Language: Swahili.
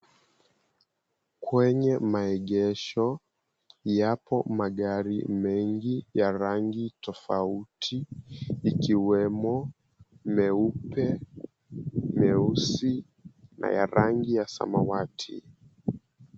Kwenye maegesho yapo magari mengi ya rangi tofauti, ikiwemo meupe, meusi, na ya rangi ya samawati.